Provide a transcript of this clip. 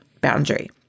Boundary